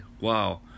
wow